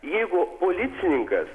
jeigu policininkas